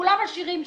כולם עשירים שם.